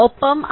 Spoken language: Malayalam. ഒപ്പം I3 1